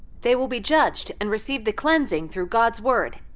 they will be judged, and receive the cleansing through god's word,